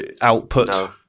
Output